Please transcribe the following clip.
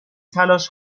تلاش